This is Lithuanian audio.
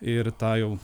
ir tą jau